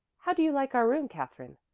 how do you like our room, katherine?